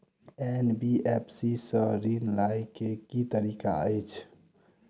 NBFC सँ ऋण लय केँ की तरीका अछि?